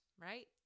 right